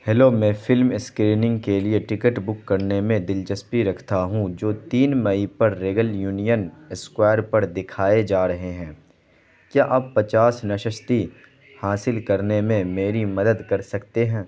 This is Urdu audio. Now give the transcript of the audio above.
ہیلو میں فلم اسکریننگ کے لیے ٹکٹ بک کرنے میں دلچسپی رکھتا ہوں جو تین مئی پر ریگل یونین اسکوائر پر دکھائے جا رہے ہیں کیا آپ پچاس نشستی حاصل کرنے میں میری مدد کر سکتے ہیں